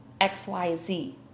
XYZ